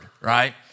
right